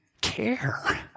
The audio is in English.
care